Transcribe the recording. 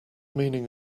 meaning